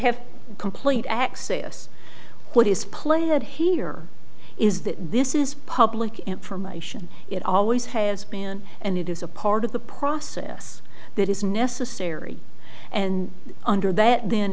have complete access what is playing out here is that this is public information it always has been and it is a part of the process that is necessary and under that then